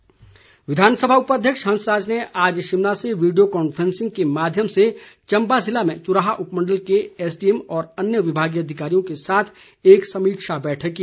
हंसराज विधानसभा उपाध्यक्ष हंसराज ने आज शिमला से वीडियो कॉन्फ्रेंसिंग के माध्यम से चंबा ज़िले में चुराह उपमंडल के एसडीएम और अन्य विभागीय अधिकारियों के साथ एक समीक्षा बैठक की